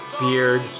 beard